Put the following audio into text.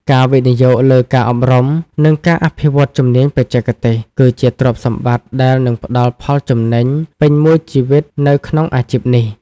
ការវិនិយោគលើការអប់រំ និងការអភិវឌ្ឍជំនាញបច្ចេកទេស គឺជាទ្រព្យសម្បត្តិដែលនឹងផ្តល់ផលចំណេញពេញមួយជីវិតនៅក្នុងអាជីពនេះ។